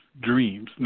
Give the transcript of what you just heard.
dreams